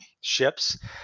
ships